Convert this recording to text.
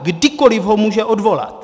Kdykoli ho může odvolat.